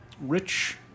rich